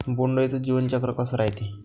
बोंड अळीचं जीवनचक्र कस रायते?